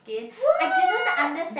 what